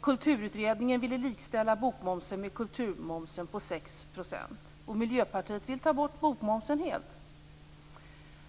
Kulturutredningen ville likställa bokmomsen med kulturmomsen på 6 %. Miljöpartiet vill ta bort bokmomsen helt,